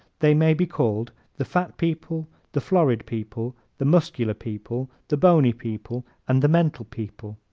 they may be called the fat people, the florid people, the muscular people, the bony people and the mental people.